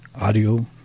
audio